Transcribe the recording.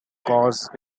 cause